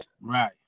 Right